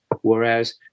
whereas